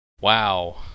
Wow